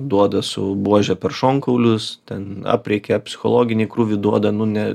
duoda su buože per šonkaulius ten aprėkia psichologinį krūvį duoda nune